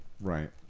right